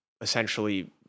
essentially